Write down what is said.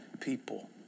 people